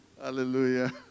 Hallelujah